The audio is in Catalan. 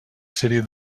sèrie